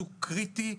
הוא קריטי,